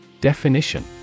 Definition